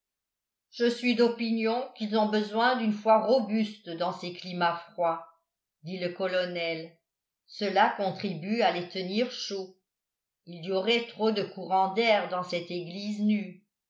je suis d'opinion qu'ils ont besoin d'une foi robuste dans ces climats froids dit le colonel cela contribue à les tenir chauds il y aurait trop de courants d'air dans cette église nue